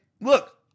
look